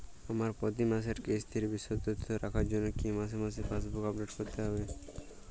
আমার প্রতি মাসের কিস্তির বিশদ তথ্য রাখার জন্য কি মাসে মাসে পাসবুক আপডেট করতে হবে?